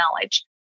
knowledge